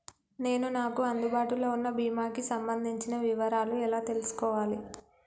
నేను నాకు అందుబాటులో ఉన్న బీమా కి సంబంధించిన వివరాలు ఎలా తెలుసుకోవాలి?